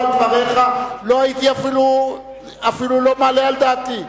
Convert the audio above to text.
על דבריך לא הייתי אפילו מעלה על דעתי.